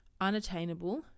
unattainable